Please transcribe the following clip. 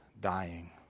dying